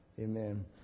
Amen